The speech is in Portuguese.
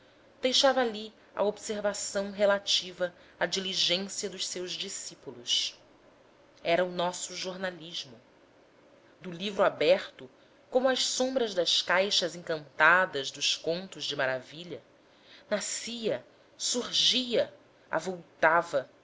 deixava ali a observação relativa à diligência dos seus discípulos era o nosso jornalismo do livro aberto como as sombras das caixas encantadas dos contos de maravilha nascia surgia avultava impunha se a